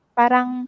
parang